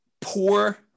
Poor